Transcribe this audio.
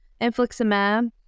infliximab